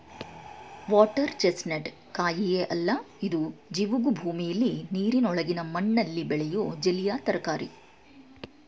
water chestnut ಕಾಯಿಯೇ ಅಲ್ಲ ಇದು ಜವುಗು ಭೂಮಿಲಿ ನೀರಿನೊಳಗಿನ ಮಣ್ಣಲ್ಲಿ ಬೆಳೆಯೋ ಜಲೀಯ ತರಕಾರಿ